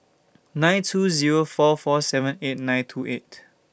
nine two Zero four four seven eight nine two eight